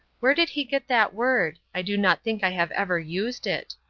where did he get that word? i do not think i have ever used it.